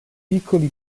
piccoli